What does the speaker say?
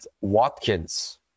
Watkins